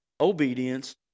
obedience